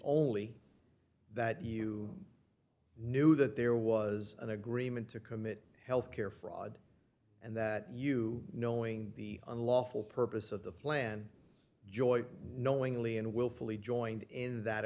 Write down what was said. only that you knew that there was agreement to commit health care fraud and that you knowing the unlawful purpose of the plan joy knowingly and willfully joined in that